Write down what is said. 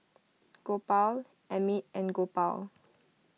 Gopal Amit and Gopal